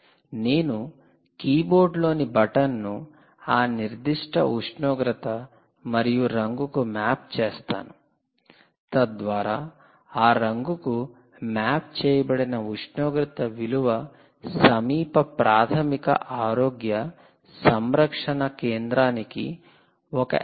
నేను కీబోర్డులోని బటన్ను ఆ నిర్దిష్ట ఉష్ణోగ్రత మరియు రంగుకు మ్యాప్ చేస్తాను తద్వారా ఆ రంగుకు మ్యాప్ చేయబడిన ఉష్ణోగ్రత విలువ సమీప ప్రాధమిక ఆరోగ్య సంరక్షణ కేంద్రానికి ఒక ఎస్